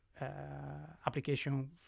application